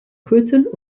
kurzen